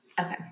Okay